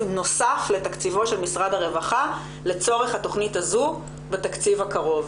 נוסף לתקציבו של משרד הרווחה לצורך התכנית הזאת בתקציב הקרוב.